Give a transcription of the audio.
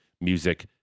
Music